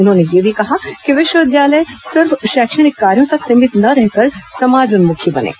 उन्होंने यह भी कहा कि विश्वविद्यालय सिर्फ शिक्षण कार्यों तक सीमित न रहकर समाज उन्मुखी बनें